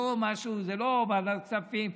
לא ועדת כספים,